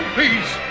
peace